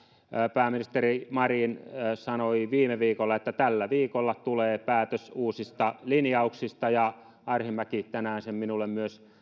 pääministeri marin sanoi viime viikolla että tällä viikolla tulee päätös uusista linjauksista ja arhinmäki tänään minulle myös